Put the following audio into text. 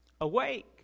Awake